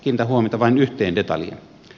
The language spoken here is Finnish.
kiinnitän huomiota vain yhteen detaljiin